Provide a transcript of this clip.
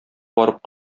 барып